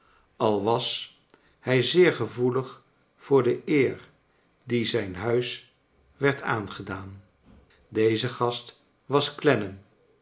al was hij zeer gevoelig voor de eer die zijn huis werd aangedaan deze gast was